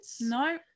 No